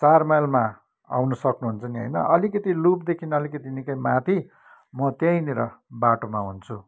चार माइलमा आउनु सक्नुहुन्छ नि होइन अलिकति लुपदेखि अलिकति निकै माथि म त्यहीँनिर बाटोमा हुन्छु